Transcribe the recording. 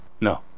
No